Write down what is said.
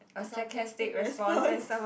a sarcastic response